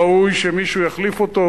ראוי שמישהו יחליף אותו,